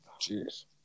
cheers